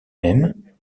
même